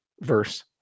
verse